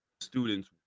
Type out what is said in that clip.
students